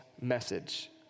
message